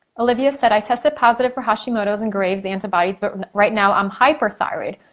olivia said i tested positive for hashimoto's and graves antibodies but right now i'm hyperthyroid.